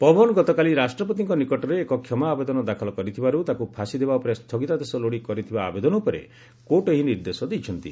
ପବନ ଗତକାଲି ରାଷ୍ଟ୍ରପତିଙ୍କ ନିକଟରେ ଏକ କ୍ଷମା ଆବେଦନ ଦାଖଲ କରିଥିବାରୁ ତାକୁ ଫାଶି ଦେବା ଉପରେ ସ୍ଥଗିତାଦେଶ ଲୋଡ଼ି କରିଥିବା ଆବେଦନ ଉପରେ କୋର୍ଟ୍ ଏହି ନିର୍ଦ୍ଦେଶ ଦେଇଛନ୍ତି